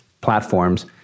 platforms